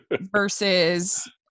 versus